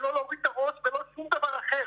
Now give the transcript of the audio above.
לא להוריד את הראש ולא על שום דבר אחר,